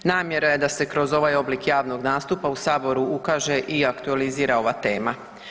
Namjera je da se kroz ovaj oblik javnog nastupa u saboru ukaže i aktualizira ova tema.